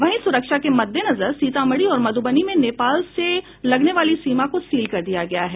वहीं सुरक्षा के मद्देनजर सीतामढ़ी और मध्बनी में नेपाल से लगनेवाली सीमा को सील कर दिया गया है